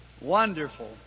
Wonderful